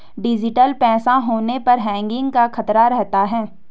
digital पैसा होने पर हैकिंग का खतरा रहता है